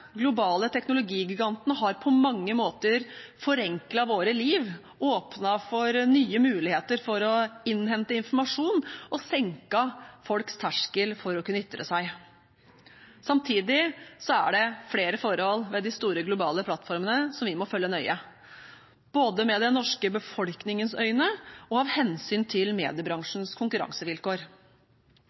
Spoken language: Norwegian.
globale teknologigigantene har på mange måter forenklet livet vårt, åpnet for nye muligheter for å innhente informasjon og senket folks terskel for å kunne ytre seg. Samtidig er det flere forhold ved de store globale plattformene som vi må følge nøye, både med den norske befolkningens øyne og av hensyn til mediebransjens konkurransevilkår.